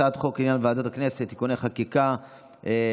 הצעת חוק לעניין ועדות הכנסת (תיקוני חקיקה והוראת שעה),